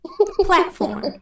platform